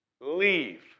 leave